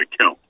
kill